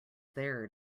there